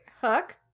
Hook